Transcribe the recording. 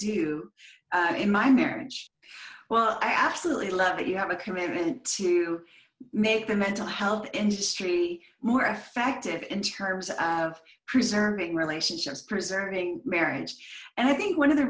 do in my marriage well i absolutely let you have a commitment to make the mental health industry more effective in terms of preserving relationships preserving marriage and i think one of the